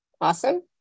awesome